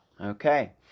Okay